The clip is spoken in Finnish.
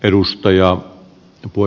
edustaja tupu